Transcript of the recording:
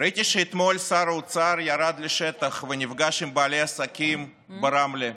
ראיתי שאתמול שר האוצר ירד לשטח ונפגש עם בעלי עסקים ברמלה,